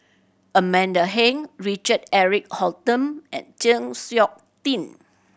Amanda Heng Richard Eric Holttum and Chng Seok Tin